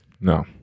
No